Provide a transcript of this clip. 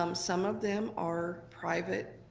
um some of them are private,